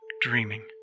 dreaming